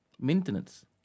Maintenance